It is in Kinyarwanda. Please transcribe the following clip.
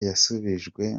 yasubijwe